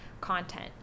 content